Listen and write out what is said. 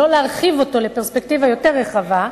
שלא להרחיב אותו לפרספקטיבה יותר רחבה,